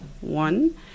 one